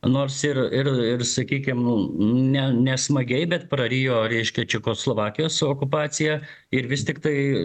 nors ir ir sakykim ne nesmagiai bet prarijo reiškia čekoslovakijos okupaciją ir vis tiktai